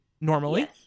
normally